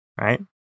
Right